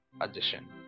addition